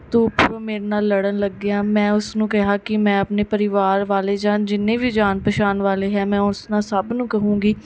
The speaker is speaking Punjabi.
ਤੂੰ ਉੱਪਰੋਂ ਮੇਰੇ ਨਾਲ ਲੜਨ ਲੱਗ ਗਿਆ ਮੈਂ ਉਸਨੂੰ ਕਿਹਾ ਕਿ ਮੈਂ ਆਪਣੇ ਪਰਿਵਾਰ ਵਾਲੇ ਜਾਂ ਜਿੰਨੇ ਵੀ ਜਾਣ ਪਹਿਚਾਣ ਵਾਲੇ ਹੈ ਮੈਂ ਉਸ ਨਾਲ ਸਭ ਨੂੰ ਕਹੂੰਗੀ